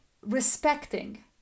respecting